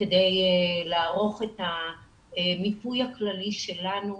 כדי לערוך את המיפוי הכללי שלנו.